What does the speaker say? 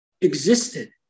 existed